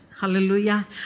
Hallelujah